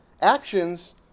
Actions